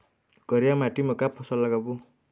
करिया माटी म का फसल लगाबो?